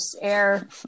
Air